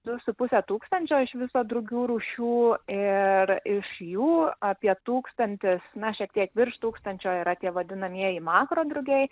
du su puse tūkstančio iš viso drugių rūšių ir iš jų apie tūkstantis na šiek tiek virš tūkstančio yra tie vadinamieji makro drugiai